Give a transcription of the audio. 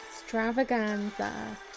extravaganza